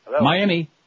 Miami